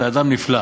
אתה אדם נפלא.